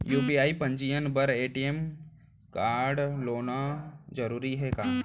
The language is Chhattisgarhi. यू.पी.आई पंजीयन बर ए.टी.एम कारडहोना जरूरी हे का?